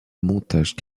montage